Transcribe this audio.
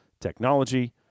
technology